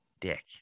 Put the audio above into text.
dick